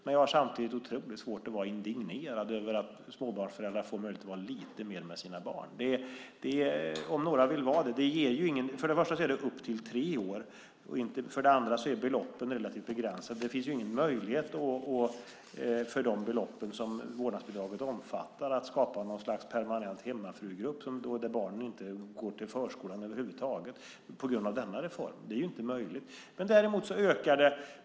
Men jag har samtidigt otroligt svårt att vara indignerad över att småbarnsföräldrar får möjlighet att vara lite mer med sina barn. För det första gäller det upp till tre år. För det andra är beloppen relativt begränsade. Det finns ingen möjlighet att för de belopp som vårdnadsbidraget omfattar skapa något slags permanent hemmafrugrupp vars barn inte går till förskolan över huvud taget på grund av denna reform. Det är inte möjligt.